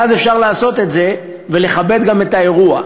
ואז אפשר לעשות את זה ולכבד גם את האירוע.